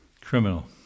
criminal